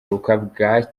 bwacya